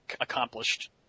accomplished